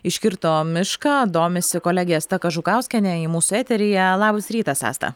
iškirto mišką domisi kolegė asta kažukauskienė ji mūsų eteryje labas rytas asta